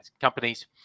companies